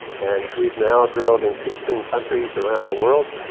and we've now drilled in sixteen countries around the world.